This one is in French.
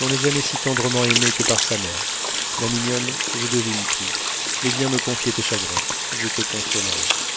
l'on n'est jamais si tendrement aimé que par sa mère ma mignonne je devine tout mais viens me confier tes chagrins je te consolerai